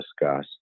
discuss